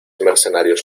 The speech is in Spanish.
mercenarios